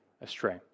astray